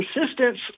persistence